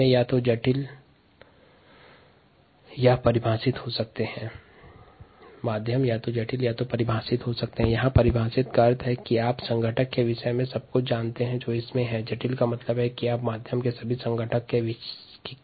पोष माध्यम जटिल या परिभाषित होता है परिभाषित या डिफाइन माध्यम में माध्यम के अवयवों का वास्तविक अनुपात ज्ञात होता हैं जबकि जटिल या कॉम्प्लेक्स माध्यम में सभी अवयवों का वास्तविक विवरण की जानकारी नहीं होती है